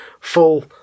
full